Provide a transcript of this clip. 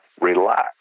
relax